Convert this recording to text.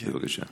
בבקשה.